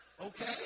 Okay